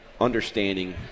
understanding